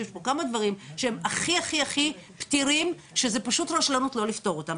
יש פה כמה דברים שהם הכי הכי הכי פתירים שזו פשוט רשלנות לא לפתור אותם.